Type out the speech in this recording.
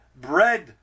bread